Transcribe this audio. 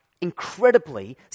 incredibly